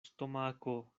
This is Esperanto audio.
stomako